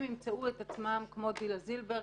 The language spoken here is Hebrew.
הם ימצאו את עצמם כמו דינה זילבר,